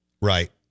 Right